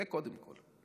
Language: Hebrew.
זה, קודם כול.